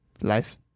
Life